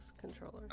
controller